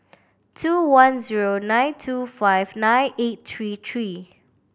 two one zero nine two five nine eight three three